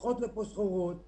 שולחות לפה סחורות ב-dumping,